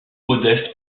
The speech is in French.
modeste